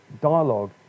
dialogue